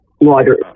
water